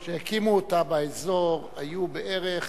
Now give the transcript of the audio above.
אדוני השר, כשהקימו אותם באזור היו בערך